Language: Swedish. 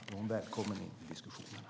Hon är välkommen in i diskussionerna.